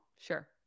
Sure